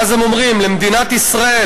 ואז הם אומרים: למדינת ישראל,